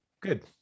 Good